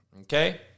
okay